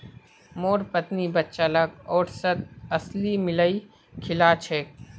मोर पत्नी बच्चा लाक ओट्सत अलसी मिलइ खिला छेक